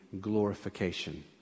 glorification